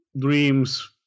dreams